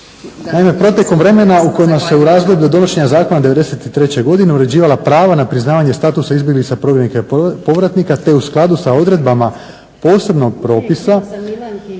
Naime protekom vremenom u kojima se u razdoblju donošenja zakona 93.godine uređivala prava na priznavanje statusa izbjeglica, prognanika i povratnika te u skladu sa odredbama posebnog propisa